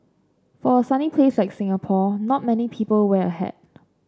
for a sunny place like Singapore not many people wear a hat